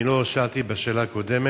אני לא שאלתי בשאלה הקודמת,